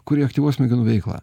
kurie aktyvuoja smegenų veiklą